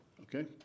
Okay